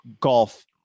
golf